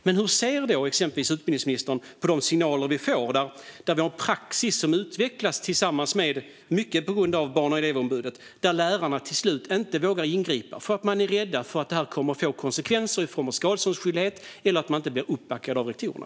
Men hur ser utbildningsministern exempelvis på de signaler som vi får, där det finns en praxis som utvecklas mycket på grund av Barn och elevombudet och där lärarna till slut inte vågar ingripa för att de är rädda att det ska få konsekvenser i form av skadeståndsskyldighet eller att de inte blir uppbackade av rektorerna?